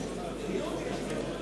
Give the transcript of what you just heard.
נתקבלו.